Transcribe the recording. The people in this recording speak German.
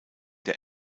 der